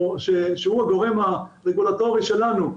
שהוא הגורם הרגולטורי שלנו,